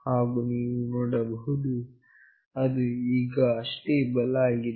ಹಾಗು ನೀವು ನೋಡಬಹುದು ಅದು ಈಗ ಸ್ಟೇಬಲ್ ಆಗಿದೆ